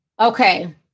Okay